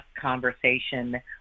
conversation